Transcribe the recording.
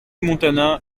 montana